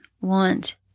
want